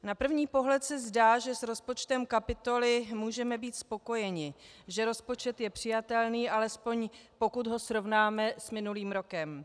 Na první pohled se zdá, že s rozpočtem kapitoly můžeme být spokojeni, že rozpočet je přijatelný, alespoň pokud ho srovnáme s minulým rokem.